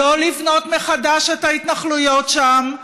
לא לבנות מחדש את ההתנחלויות שם,